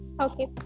okay